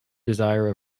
desire